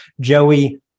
Joey